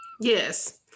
Yes